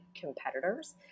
competitors